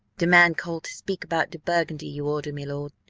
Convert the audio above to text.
de man call to speak about de burgundy you order, milord,